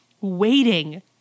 waiting